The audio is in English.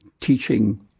teaching